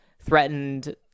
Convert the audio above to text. threatened